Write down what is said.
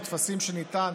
וטפסים שניתן